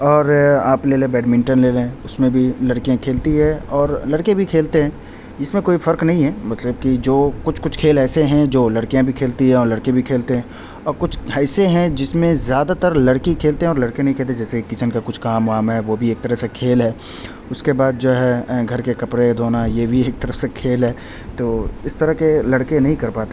اور آپ لے لے بیڈمنٹن لے لیں اس میں بھی لڑکیاں کھیلتی ہے اور لڑکے بھی کھیلتے ہیں اس میں کوئی فرق نہیں ہے مطلب کی جو کچھ کچھ کھیل ایسے ہیں جو لڑکیاں بھی کھیلتی ہیں اور لڑکے بھی کھیلتے ہیں اور کچھ ایسے ہیں جس میں زیادہ تر لڑکی کھیلتے ہیں اور لڑکے نہیں کھیلتے جیسے کچن کا کچھ کام وام ہے وہ بھی ایک طرح سے کھیل ہے اس کے بعد جو ہے گھر کے کپڑے دھونا یہ بھی ایک طرف سے کھیل ہے تو اس طرح کے لڑکے نہیں کر پاتے